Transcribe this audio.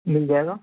مِل جائےگا